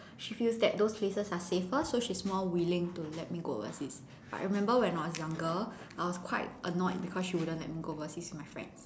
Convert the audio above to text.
she feels that those places are safer so she's more willing to let me go overseas I remember when I was younger I was quite annoyed because she wouldn't let me go overseas with my friends